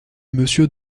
monsieur